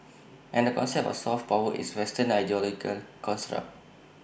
and the concept of soft power is western ideological construct